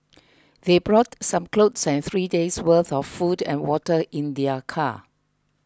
they brought some clothes and three days worth of food and water in their car